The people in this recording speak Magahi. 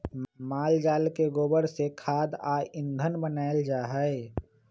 माल जाल के गोबर से खाद आ ईंधन बनायल जाइ छइ